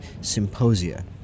symposia